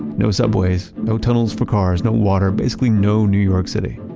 no subways, no tunnels for cars, no water, basically no new york city.